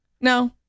no